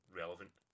relevant